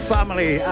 Family